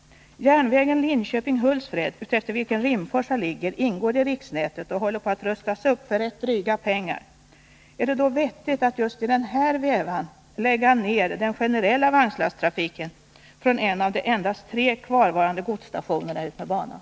Järnvägen Linköping-Hultsfred, utefter vilken Rimforsa ligger, ingår i riksnätet och håller på att rustas upp för rätt dryga pengar. Är det då vettigt att just i den vevan lägga ner den generella vagnlasttrafiken från en av de endast tre kvarvarande godsstationerna utmed banan?